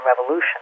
Revolution